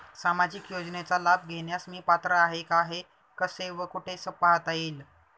सामाजिक योजनेचा लाभ घेण्यास मी पात्र आहे का हे कसे व कुठे पाहता येईल?